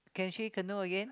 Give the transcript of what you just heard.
can she canoe again